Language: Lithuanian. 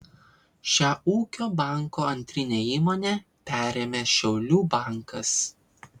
šią ūkio banko antrinę įmonę perėmė šiaulių bankas